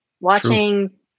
Watching